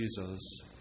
Jesus